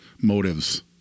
motives